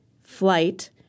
flight